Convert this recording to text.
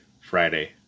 friday